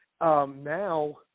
Now